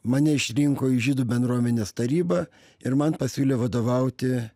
mane išrinko į žydų bendruomenės tarybą ir man pasiūlė vadovauti